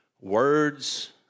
Words